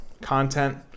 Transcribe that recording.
content